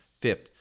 Fifth